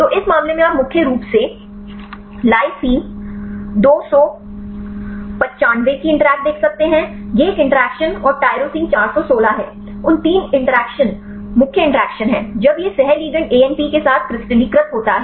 तो इस मामले में आप मुख्य रूप से लाइसिन 295 की इंटरैक्ट देख सकते हैं यह एक इंटरैक्शन और टाइरोसिन 416 है उन तीन इंटरैक्शन मुख्य इंटरैक्शन हैं जब यह सह लिगैंड एएनपी के साथ क्रिस्टलीकृत होता है